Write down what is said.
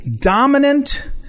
dominant